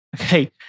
Okay